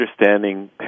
understanding